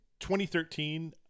2013